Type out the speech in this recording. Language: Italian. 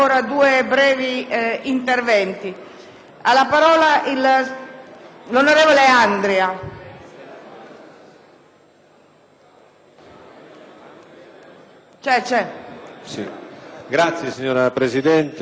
*(PD)*. Signora Presidente, onorevoli rappresentanti del Governo, onorevoli colleghi, desidero richiamare l'attenzione dell'Aula